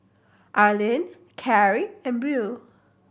Arlin Carie and Beau